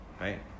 Right